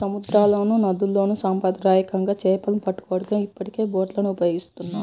సముద్రాల్లోనూ, నదుల్లోను సాంప్రదాయకంగా చేపలను పట్టుకోవడానికి ఇప్పటికే బోట్లను ఉపయోగిస్తున్నారు